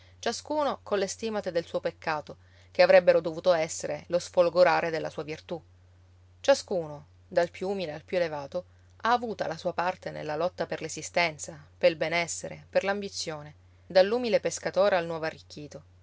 ciascuno colle stimate del suo peccato che avrebbero dovuto essere lo sfolgorare della sua virtù ciascuno dal più umile al più elevato ha avuta la sua parte nella lotta per l'esistenza pel benessere per l'ambizione dall'umile pescatore al nuovo arricchito